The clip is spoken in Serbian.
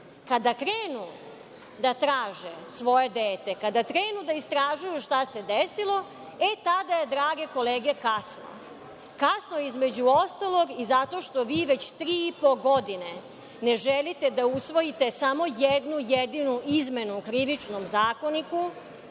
Kada krenu da traže svoje dete, kada krenu da istražuju šta se desilo, tada je, drage kolege, kasno. Kasno je, između ostalog, i zato što vi već tri i po godine ne želite da usvojite samo jednu jedinu izmenu u Krivičnom zakoniku,